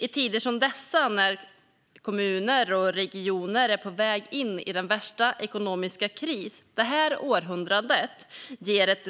I tider som dessa, när kommuner och regioner är på väg in i den värsta ekonomiska krisen under det här århundradet, ger ett